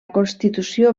constitució